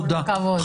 תודה.